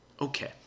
Okay